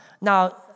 Now